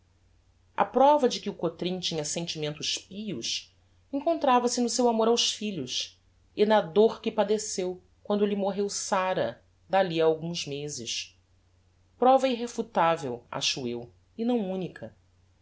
a prova de que o cotrim tinha sentimentos pios encontrava se no seu amor aos filhos e na dôr que padeceu quando lhe morreu sára dalli a alguns mezes prova irrefutavel acho eu e não unica